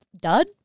dud